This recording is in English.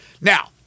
Now